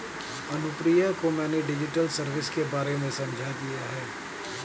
अनुप्रिया को मैंने digital service के बारे में समझा दिया है